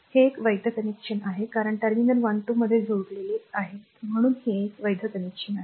तर हे एक वैध कनेक्शन आहे कारण ते टर्मिनल 1 2 मध्ये जोडलेले आहेत म्हणून हे एक वैध कनेक्शन आहे